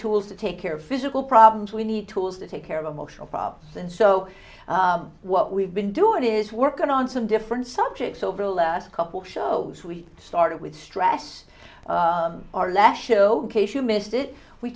to take care of physical problems we need tools to take care of motion problems and so what we've been doing is working on some different subjects over the last couple of shows we started with stress our lash case you missed it we